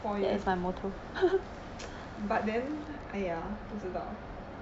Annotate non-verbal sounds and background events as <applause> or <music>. four years <noise> but then !aiya! 不知道